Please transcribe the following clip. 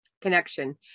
connection